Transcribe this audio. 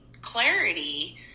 clarity